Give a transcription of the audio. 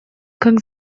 как